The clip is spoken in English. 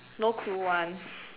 no clue [one]